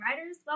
writers